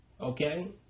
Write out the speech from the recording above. Okay